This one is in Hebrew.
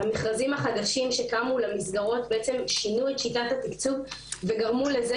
המכרזים החדשים שקמו למסגרות שינו את שיטת התקצוב וגרמו לזה